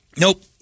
Nope